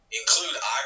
include